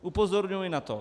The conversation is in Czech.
Upozorňuji na to.